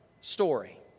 story